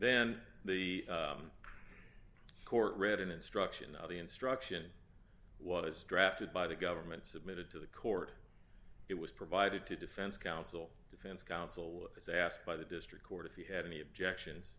then the court written instruction of the instruction was drafted by the government submitted to the court it was provided to defense counsel defense counsel as asked by the district court if he had any objections